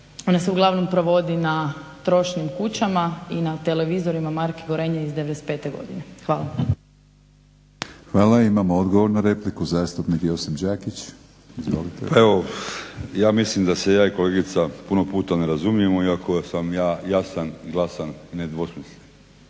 Ona se uglavnom provodi na trošnim kućama i na televizorima marki Gorenje iz 95. godine. Hvala. **Batinić, Milorad (HNS)** Hvala. Imamo odgovor na repliku, zastupnik Josip Đakić. Izvolite. **Đakić, Josip (HDZ)** Evo ja mislim da se ja i kolegica puno puta ne razumijemo iako sam ja jasan i glasan i nedvosmislen.